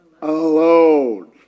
alone